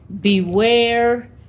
beware